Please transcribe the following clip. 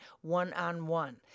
one-on-one